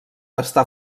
està